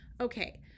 okay